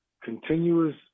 continuous